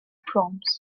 proms